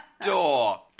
door